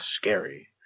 scary